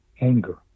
Anger